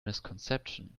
misconception